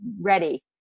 ready